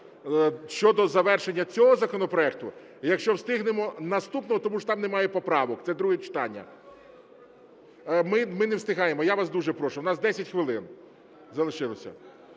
щодо завершення цього законопроекту, якщо встигнемо – наступного, тому що там немає поправок, це друге читання. Ми не встигаємо. Я вас дуже прошу, у нас 10 хвилин залишилося.